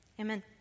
Amen